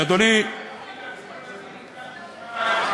אילן,